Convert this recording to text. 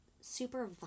super